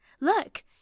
look